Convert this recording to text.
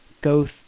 go